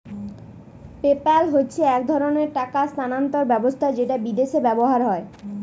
PayPal হচ্ছে এক ধরণের টাকা স্থানান্তর ব্যবস্থা যেটা বিদেশে ব্যবহার হয়